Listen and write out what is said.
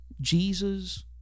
Jesus